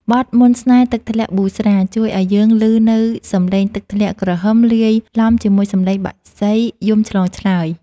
បទ «មន្តស្នេហ៍ទឹកធ្លាក់ប៊ូស្រា» ជួយឱ្យយើងឮនូវសំឡេងទឹកធ្លាក់គ្រហឹម លាយឡំជាមួយសំឡេងបក្សីយំឆ្លងឆ្លើយ។